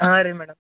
ಹಾಂ ರೀ ಮೇಡಮ್